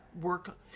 work